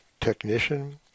technician